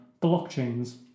blockchains